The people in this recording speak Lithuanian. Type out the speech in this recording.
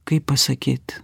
kaip pasakyt